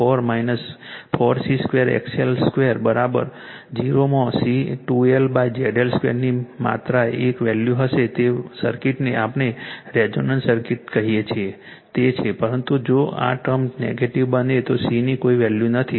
તેથી અને જો ZL 4 4 C 2 XL 2 0 માં C 2LZL 2 ની માત્ર એક વેલ્યૂ હશે જે સર્કિટને આપણે રેઝોનન્સ સર્કિટ કહીએ છીએ તે છે પરંતુ જો આ ટર્મ નેગેટિવ બને તો C ની કોઈ વેલ્યૂ નથી